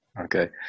Okay